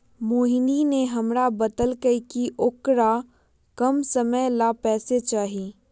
मोहिनी ने हमरा बतल कई कि औकरा कम समय ला पैसे चहि